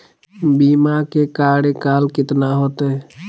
बीमा के कार्यकाल कितना होते?